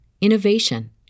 innovation